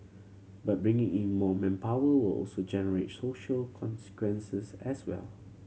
but bringing in more manpower will also generate social consequences as well